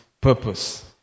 purpose